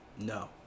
No